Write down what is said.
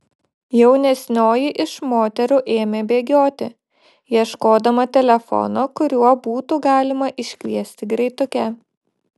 jaunesnioji iš moterų ėmė bėgioti ieškodama telefono kuriuo būtų galima iškviesti greitukę